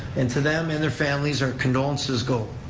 and to them and their families, our condolences go.